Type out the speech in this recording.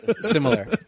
similar